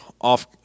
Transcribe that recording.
off